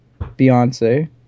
Beyonce